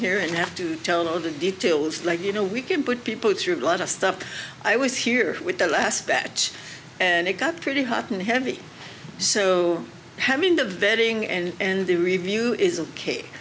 here and have to tell all the details like you know we can put people through a lot of stuff i was here with the last batch and it got pretty hot and heavy so having the vetting and the review is